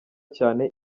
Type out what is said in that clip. cyane